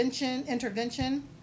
intervention